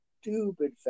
stupid